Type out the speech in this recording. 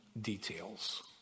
details